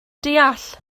deall